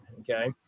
okay